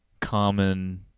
common